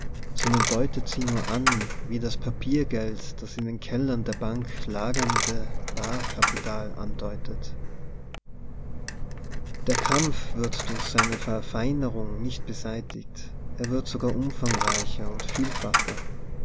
sondern deutet sie nur an wie das papier geld das in den kellern der bank lagernde bar kapital andeutet der kampf wird durch seine ver feinerung nicht beseitigt er wird sogar umfangreicher und vielfacher